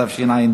התשע"ד